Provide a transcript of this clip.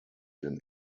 den